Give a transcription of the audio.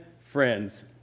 friends